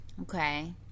Okay